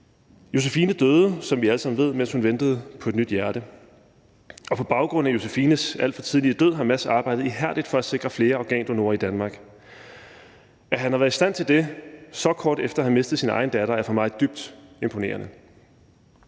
Josephine døde, som vi alle sammen ved, mens hun ventede på et nyt hjerte. Og på baggrund af Josephines alt for tidlige død har Mads arbejdet ihærdigt for at sikre flere organdonorer i Danmark. At han har været i stand til det så kort tid efter at have mistet sin egen datter, er for mig dybt imponerende.